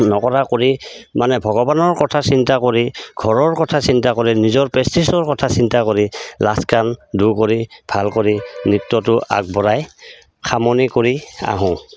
নকৰা কৰি মানে ভগৱানৰ কথা চিন্তা কৰি ঘৰৰ কথা চিন্তা কৰি নিজৰ প্ৰেষ্টিজৰ কথা চিন্তা কৰি লাজ কান দূৰ কৰি ভাল কৰি নৃত্যটো আগবঢ়াই খামনি কৰি আহোঁ